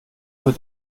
für